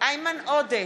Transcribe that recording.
איימן עודה,